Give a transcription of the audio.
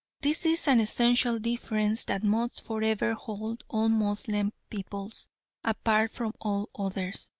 this is an essential difference that must for ever hold all moslem peoples apart from all others.